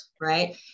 right